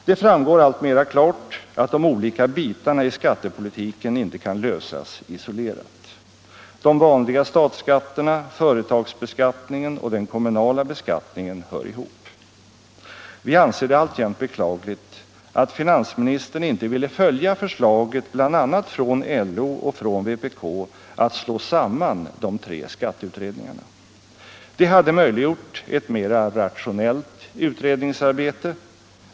Det framgår alltmera klart att de olika bitarna i skattepolitiken inte kan lösas isolerat. De vanliga statsskatterna, företagsbeskattningen och den kommunala beskattningen hör ihop. Vi anser det alltjämt beklagligt att finansministern inte ville följa förslaget bl. a, från LO och från vpk att slå samman de tre skatteutredningarna. Det hade möjliggjort ett mera rationellt utredningsarbete.